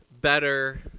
better